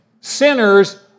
Sinners